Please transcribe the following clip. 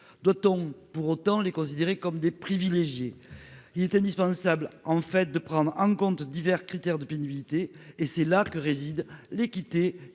Doit-on pour autant considérer ces derniers comme des privilégiés ? Il est indispensable de prendre en compte divers critères de pénibilité : c'est là que résident l'équité